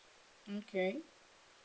okay